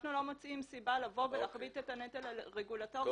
אנחנו לא מוצאים סיבה לבוא ולהחריף את הנטל הרגולטורי,